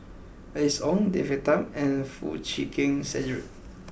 Alice Ong David Tham and Foo Chee Keng Cedric